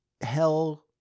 hell